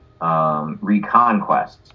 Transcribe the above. reconquests